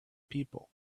people